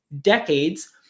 decades